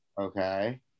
Okay